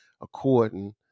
according